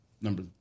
number